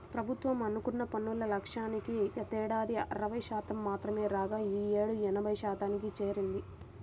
ప్రభుత్వం అనుకున్న పన్నుల లక్ష్యానికి గతేడాది అరవై శాతం మాత్రమే రాగా ఈ యేడు ఎనభై శాతానికి చేరింది